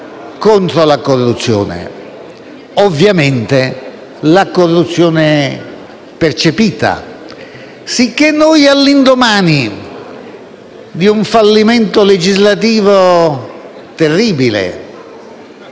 contro la corruzione, ovviamente la corruzione percepita, all'indomani di un fallimento legislativo terribile,